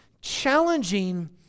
challenging